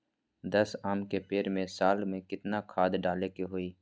दस आम के पेड़ में साल में केतना खाद्य डाले के होई?